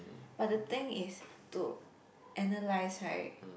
but the thing is to analyze right